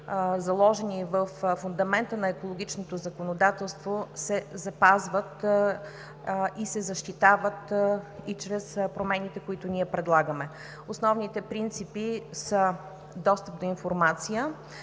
заложени във фундамента на екологичното законодателство, се запазват и се защитават и чрез промените, които ние предлагаме. Основните принципи са: достъп до информация,